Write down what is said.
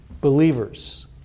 believers